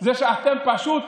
זה שאתם פשוט